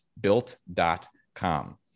built.com